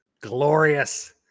Glorious